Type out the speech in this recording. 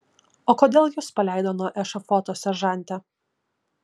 o kodėl jus paleido nuo ešafoto seržante